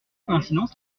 coïncidence